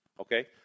Okay